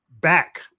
back